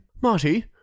Marty